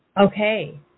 Okay